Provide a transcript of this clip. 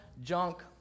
junk